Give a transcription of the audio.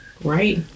Right